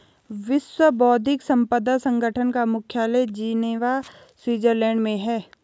विश्व बौद्धिक संपदा संगठन का मुख्यालय जिनेवा स्विट्जरलैंड में है